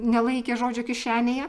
nelaikė žodžio kišenėje